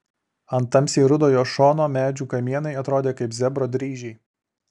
ant tamsiai rudo jo šono medžių kamienai atrodė kaip zebro dryžiai